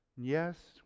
Yes